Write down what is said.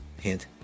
Hint